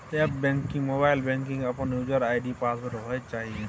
app banking, mobile banking के अपन user ID password होय चाहिए